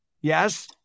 Yes